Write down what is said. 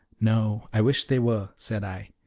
no i wish they were, said i.